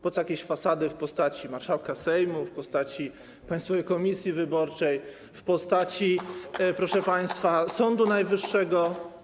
Po co jakieś fasady w postaci marszałka Sejmu, w postaci Państwowej Komisji Wyborczej, w postaci, proszę państwa, Sądu Najwyższego?